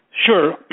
Sure